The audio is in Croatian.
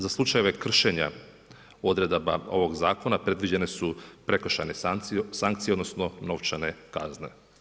Za slučajeve kršenja odredaba ovog zakona predviđene su prekršajne sankcije odnosno novčane kazne.